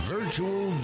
Virtual